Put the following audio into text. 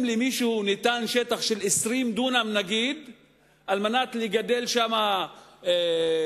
אם למישהו ניתן שטח של 20 דונם על מנת לגדל שם כרם,